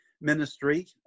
ministry